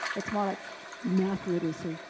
it's more like math literacy,